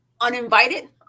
uninvited